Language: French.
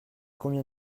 combien